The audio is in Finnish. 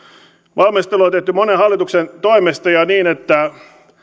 valmistelu on tehty monen hallituksen toimesta ja niin että